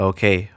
Okay